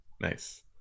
Nice